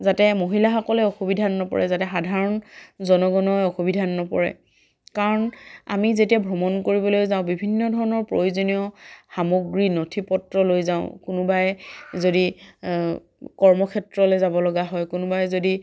যাতে মহিলাসকলে অসুবিধাত নপৰে যাতে সাধাৰণ জনগণই অসুবিধাত নপৰে কাৰণ আমি যেতিয়া ভ্ৰমণ কৰিবলৈ যাওঁ বিভিন্ন ধৰণৰ প্ৰয়োজনীয় সামগ্ৰী নথি পত্ৰ লৈ যাওঁ কোনোবাই যদি কৰ্মক্ষেত্ৰলৈ যাব লগা হয় কোনোবাই যদি